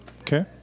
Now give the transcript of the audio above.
Okay